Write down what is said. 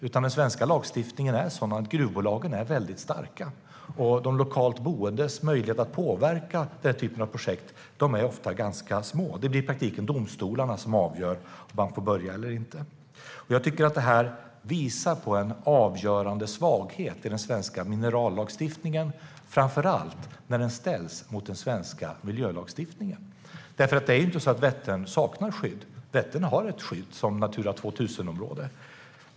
Den svenska lagstiftningen är sådan att gruvbolagen är väldigt starka. Möjligheterna för lokalboende att påverka den här typen av projekt är ofta ganska små. I praktiken blir det domstolarna som avgör om man får starta prospektering eller inte. Jag tycker att detta visar på en avgörande svaghet i den svenska minerallagstiftningen, framför allt när den ställs mot den svenska miljölagstiftningen. Vättern saknar inte skydd, utan den har ett skydd som Natura 2000-område.